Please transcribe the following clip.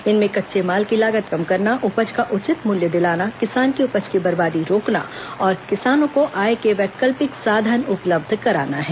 इनमें कच्चे माल की लागत कम करना उपज का उचित मूल्य दिलाना किसान की उपज की बर्बादी रोकना और किसानों को आय के वैकल्पिक साधन उपलब्ध कराना है